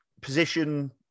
position